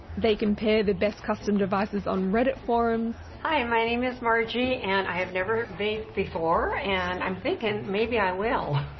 they compare the best custom devices on reddit forums. hi my name is margie, and i have never vaped before. and i'm thinkin', maybe i will,